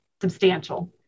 substantial